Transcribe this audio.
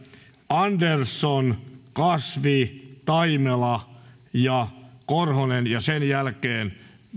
andersson kasvi taimela ja korhonen ja sen jälkeen